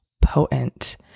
potent